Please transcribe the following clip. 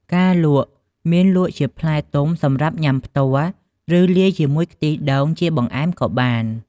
ការលក់ មានលក់ជាផ្លែទុំសម្រាប់ញ៉ាំផ្ទាល់ ឬលាយជាមួយខ្ទិះដូងជាបង្អែមក៏បាន។